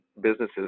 businesses